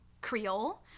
Creole